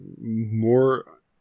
more